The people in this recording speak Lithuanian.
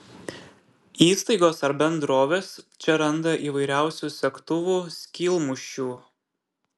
įstaigos ar bendrovės čia randa įvairiausių segtuvų skylmušių